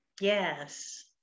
yes